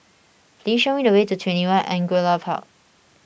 please show me the way to twenty one Angullia Park